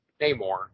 namor